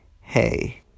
Hey